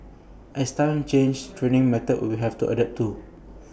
as times change training methods will have to adapt too